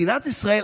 מדינת ישראל,